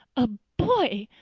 a boy!